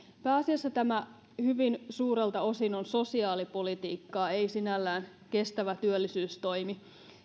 pääasiassa tämä hyvin suurelta osin on sosiaalipolitiikkaa ei sinällään kestävä työllisyystoimi